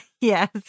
Yes